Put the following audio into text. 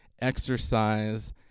exercise